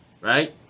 right